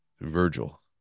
Virgil